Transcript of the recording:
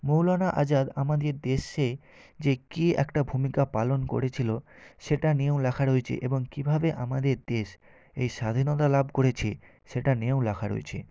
মৌলানা আজাদ আমাদের দেশে যে কী একটা ভূমিকা পালন করেছিলো সেটা নিয়েও লেখা রয়েছে এবং কীভাবে আমাদের দেশ এই স্বাধীনতা লাভ করেছে সেটা নিয়েও লেখা রয়েছে